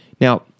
Now